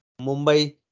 Mumbai